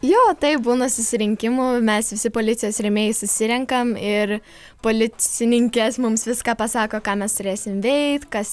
jo taip būna susirinkimų mes visi policijos rėmėjai susirenkam ir policininkės mums viską pasako ką mes turėsim veikti kas